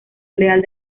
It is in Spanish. leal